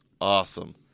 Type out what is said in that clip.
awesome